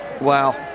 wow